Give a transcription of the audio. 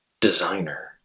Designer